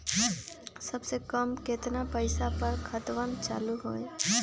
सबसे कम केतना पईसा पर खतवन चालु होई?